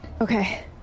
Okay